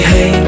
Hey